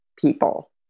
people